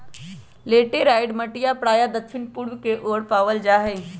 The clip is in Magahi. लैटेराइट मटिया प्रायः दक्षिण पूर्व के ओर पावल जाहई